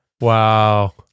Wow